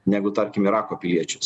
negu tarkim irako piliečius